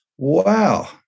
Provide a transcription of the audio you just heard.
Wow